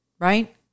Right